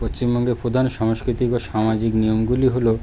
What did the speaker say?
পশ্চিমবঙ্গের প্রধান সাংস্কৃতিক ও সামাজিক নিয়মগুলি হলো